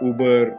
Uber